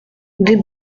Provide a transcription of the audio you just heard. des